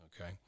Okay